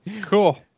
Cool